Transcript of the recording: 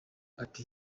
ati